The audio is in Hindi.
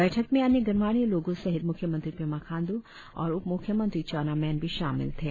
बैठक में अन्य गणमान्य लोगों सहित म्ख्यमंत्री पेमा खांडू और उपम्ख्यमंत्री चाउना मैन भी शामिल थे